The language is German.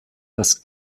dass